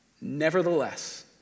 nevertheless